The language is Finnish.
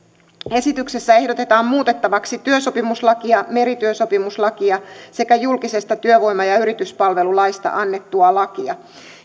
esityksessä ehdotetaan muutettavaksi työsopimuslakia merityösopimuslakia sekä julkisesta työvoima ja ja yrityspalvelusta annettua lakia